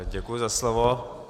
Děkuji za slovo.